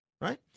right